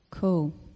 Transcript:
cool